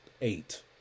eight